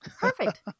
Perfect